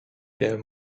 der